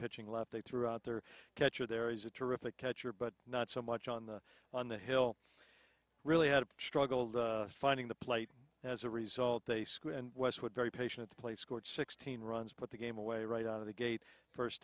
pitching left they threw out their catcher there is a terrific catcher but not so much on the on the hill really had struggled finding the plate as a result they screw and westwood very patient play scored sixteen runs but the game away right out of the gate first